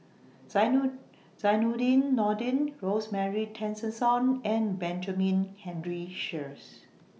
Zainudin Nordin Rosemary Tessensohn and Benjamin Henry Sheares